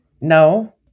No